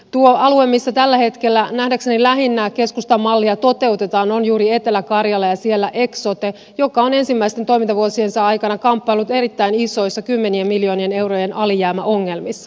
tuo alue missä tällä hetkellä nähdäkseni lähinnä keskustan mallia toteutetaan on juuri etelä karjala ja siellä eksote joka on ensimmäisten toimintavuosiensa aikana kamppaillut erittäin isoissa kymmenien miljoonien eurojen alijäämäongelmissa